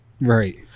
Right